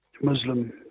Muslim